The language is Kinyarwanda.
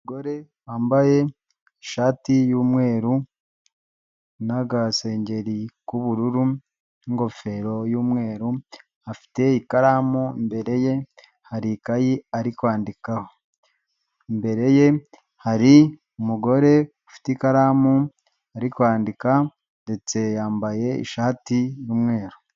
Umugore wambaye ishati y'umweru n'agasengri k'ubururu n'ingofero y'umweru, afite ikaramu imbere ye, hari ikayi ari kwandikaho. Imbere ye hari umugore ufite ikaramu ari kwandika ndetse yambaye ishati y'umweru.